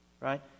Right